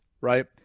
right